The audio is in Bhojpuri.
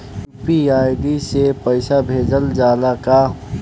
यू.पी.आई से पईसा भेजल जाला का?